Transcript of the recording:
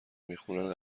میخونن